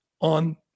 on